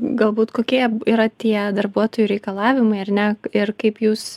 galbūt kokie yra tie darbuotojų reikalavimai ar ne ir kaip jūs